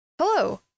Hello